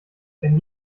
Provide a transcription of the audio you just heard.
wenn